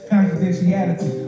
confidentiality